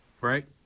right